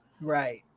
Right